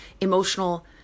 emotional